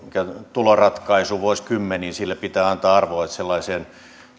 tuloratkaisu vuosikymmeniin ja sille pitää antaa arvoa että sellaiseen